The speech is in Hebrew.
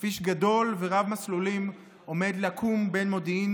כביש גדול ורב-מסלולים עומד לקום בין מודיעין